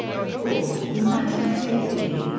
four united states v.